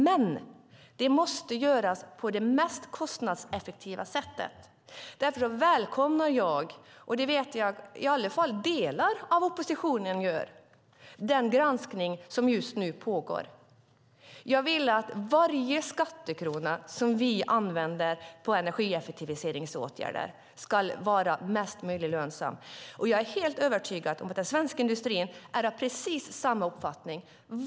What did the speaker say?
Men det måste göras på det mest kostnadseffektiva sättet. Därför välkomnar jag - och jag vet att i alla fall delar av oppositionen också gör det - den granskning som just nu pågår. Jag vill att varje skattekrona som vi använder på energieffektiviseringsåtgärder ska vara så lönsam som möjligt. Jag är helt övertygad om att den svenska industrin är av precis samma uppfattning.